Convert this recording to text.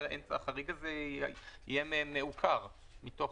החריג הזה יהיה מעוקר מתוכן.